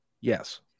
Yes